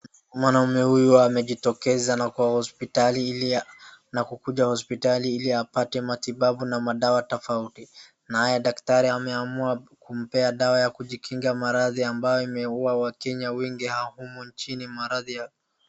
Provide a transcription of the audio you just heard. Mwanaume huyu amejitokeza na kwa hospitali ili na kukuja hospitali ili apate matibabu na madawa tofauti. Naye daktari ameamua kumpea dawa ya kujikinga maradhi ambayo imeua wakenya wengi humu nchini maradhi ya.